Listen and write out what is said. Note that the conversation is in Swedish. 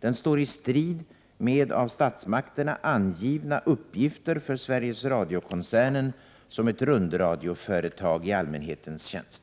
Den står i strid med av statsmakterna angivna uppgifter för Sveriges Radiokoncernen som ett rundradioföretag i allmänhetens tjänst.